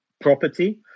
property